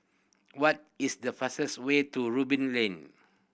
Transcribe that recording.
what is the fastest way to Ruby Lane